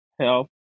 help